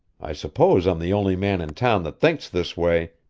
i suppose i'm the only man in town that thinks this way,